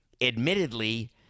Admittedly